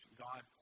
God